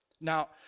Now